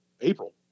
April